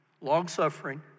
long-suffering